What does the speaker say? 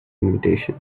invitation